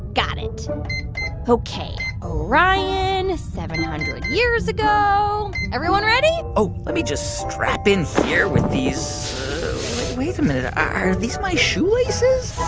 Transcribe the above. got it ok. orion, seven hundred years ago everyone ready? oh, let me just strap in here with these wait a minute. are these my shoelaces?